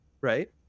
right